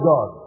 God